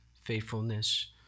faithfulness